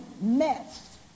mess